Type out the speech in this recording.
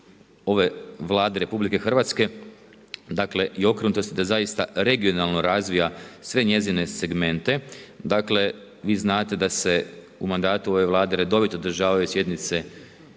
ove vlade RH, dakle da zaista regionalno razvija sve njezine segmente. Dakle vi znate da se u mandatu ove vlade redovito održavaju sjednice